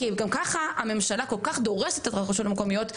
כי הממשלה הזאת גם ככה כל כך דורסת את הרשויות המקומיות,